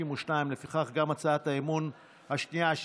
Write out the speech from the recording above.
52. לפיכך גם הצעת האי-אמון השנייה,